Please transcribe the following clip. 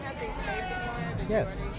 Yes